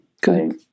Good